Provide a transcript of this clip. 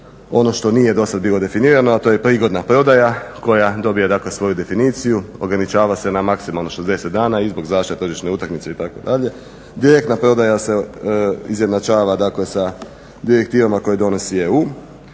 ono što nije do sad bilo definirano, a to je prigodna prodaja koja dobije, dakle svoju definiciju, ograničava se na maksimalno 60 dana i zbog zaštite tržišne utakmice itd. Direktna prodaja se izjednačava dakle sa direktivama koje donosi EU.